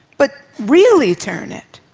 but really turn it.